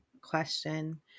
question